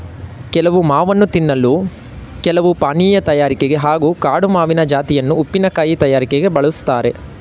ಕೆಲವು ಮಾವನ್ನು ತಿನ್ನಲು ಕೆಲವು ಪಾನೀಯ ತಯಾರಿಕೆಗೆ ಹಾಗೂ ಕಾಡು ಮಾವಿನ ಜಾತಿಯನ್ನು ಉಪ್ಪಿನಕಾಯಿ ತಯಾರಿಕೆಗೆ ಬಳುಸ್ತಾರೆ